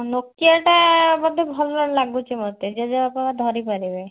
ନୋକିଆଟା ବୋଧେ ଭଲ ଲାଗୁଛି ମୋତେ ଜେଜେବାପା ଧରି ପାରିବେ